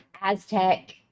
Aztec